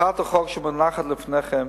הצעת החוק שמונחת לפניכם